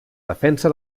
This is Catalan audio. defensa